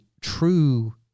true